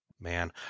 Man